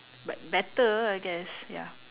but better I guess ya